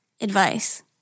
advice